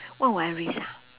what will I risk ah